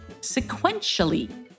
sequentially